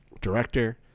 director